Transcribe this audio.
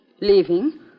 Leaving